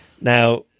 Now